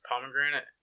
pomegranate